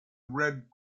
red